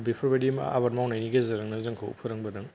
बेफोरबायदि आबाद मावनायनि गेजेरजोंनो जोंखौ फोरोंबोदों